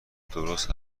درست